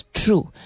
true